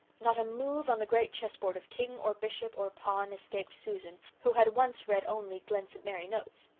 not a move on the great chess-board of king or bishop or pawn escaped susan, who had once read only glen st. mary notes.